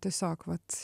tiesiog vat